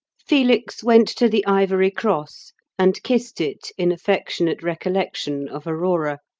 felix went to the ivory cross and kissed it in affectionate recollection of aurora,